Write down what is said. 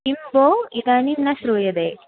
किं भोः इदानीं न श्रूयते